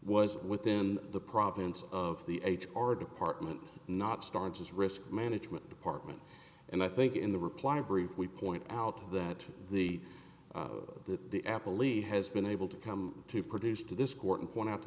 was within the province of the age or department not start as risk management department and i think in the reply brief we point out that the that the apple e has been able to come to produce to this court and point out to